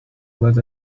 let